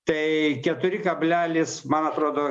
tai keturi kablelis man atrodo